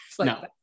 No